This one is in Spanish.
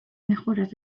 mejoras